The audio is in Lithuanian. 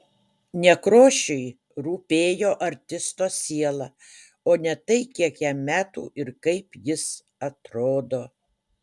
nekrošiui rūpėjo artisto siela o ne tai kiek jam metų ir kaip jis atrodo